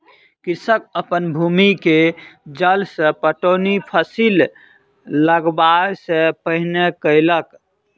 कृषक अपन भूमि के जल सॅ पटौनी फसिल लगबअ सॅ पहिने केलक